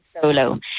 solo